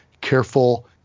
careful